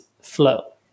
flow